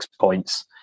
points